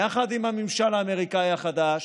יחד עם הממשל האמריקאי החדש,